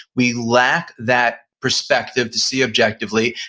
we lack that perspective to see objectively,